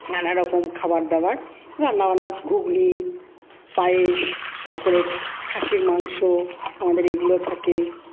নানারকম খাবার দাবার রান্নাবান্না ঘুগনি পায়েস তারপরে খাসির মাংস আমাদের এইগুলো থাকে